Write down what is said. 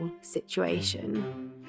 situation